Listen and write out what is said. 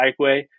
bikeway